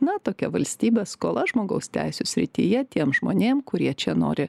na tokia valstybės skola žmogaus teisių srityje tiem žmonėm kurie čia nori